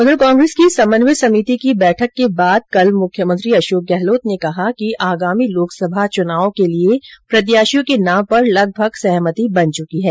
उधर कांग्रेस की समन्वय समिति की बैठक के बाद मुख्यमंत्री अशोक गहलोत ने कहा कि आगामी लोकसभा चुनावों के लिए प्रत्याशियों के नाम पर लगभग सहमति बन चुकी है